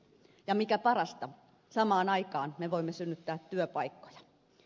ja mikä parasta samaan aikaan me voimme synnyttää työpaikkoja